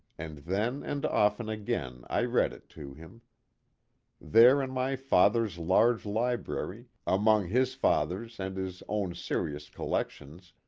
and then and often again i read it to him there in my father's large library, among his father's and his own serious collec tions,